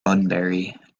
bunbury